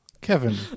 kevin